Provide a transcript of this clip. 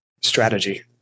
strategy